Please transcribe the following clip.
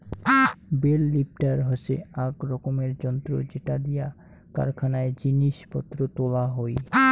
bell lifter হসে আক রকমের যন্ত্র যেটা দিয়া কারখানায় জিনিস পত্র তোলা হই